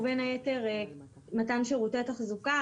ובין היתר מתן שירותי תחזוקה,